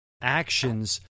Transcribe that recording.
actions